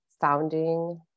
founding